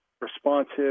responsive